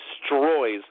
destroys